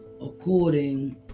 according